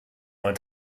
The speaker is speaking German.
neuen